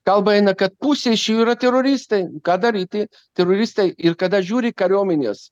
kalba eina kad pusė iš jų yra teroristai ką daryti teroristai ir kada žiūri kariuomenės